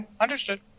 Understood